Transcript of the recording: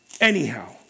Anyhow